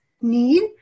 need